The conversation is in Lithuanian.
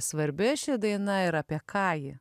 svarbi ši daina ir apie ką ji